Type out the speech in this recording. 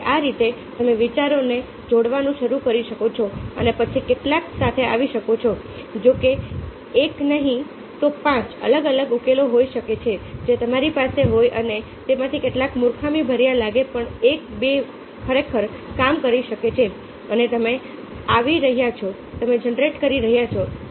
તેથી આ રીતે તમે વિચારોને જોડવાનું શરૂ કરી શકો છો અને પછી કેટલાક સાથે આવી શકો છો જો એક નહીં તો પાંચ અલગ અલગ ઉકેલો હોઈ શકે જે તમારી પાસે હોય અને તેમાંથી કેટલાક મૂર્ખામીભર્યા લાગે પણ એક કે બે ખરેખર કામ કરી શકે છે અને તમે આવી રહ્યા છો તમે જનરેટ કરી રહ્યાં છો